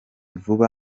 vuba